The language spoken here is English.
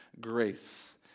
grace